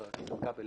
חבר הכנסת כבל,